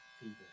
people